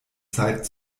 zeit